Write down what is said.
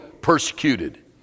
persecuted